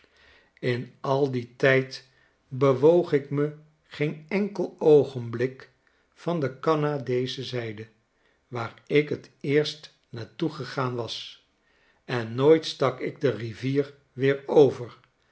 in al dien tijd bewoog ik me geen enkel oogenblik van de canadasche zijde waar ik t eerste naar toe gegaan was en nooit stak ik de rivier weer over